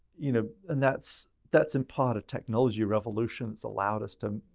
you know and that's that's in part technology revolutions allowed us to,